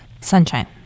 sunshine